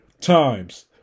times